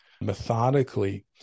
methodically